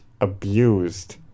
abused